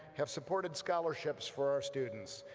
have supported scholarships for our students.